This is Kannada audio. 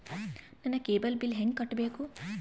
ನನ್ನ ಕೇಬಲ್ ಬಿಲ್ ಹೆಂಗ ಕಟ್ಟಬೇಕು?